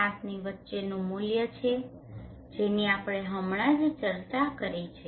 7ની વચ્ચેનું મૂલ્ય છે જેની આપણે હમણાં જ ચર્ચા કરી છે